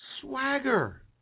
Swagger